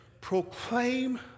proclaim